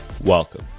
Welcome